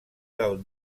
del